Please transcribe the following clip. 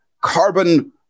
carbon